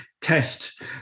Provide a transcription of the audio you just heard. test